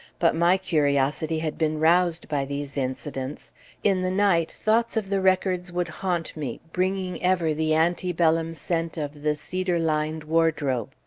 but my curiosity had been roused by these incidents in the night, thoughts of the records would haunt me, bringing ever the ante-bellum scent of the cedar-lined wardrobe.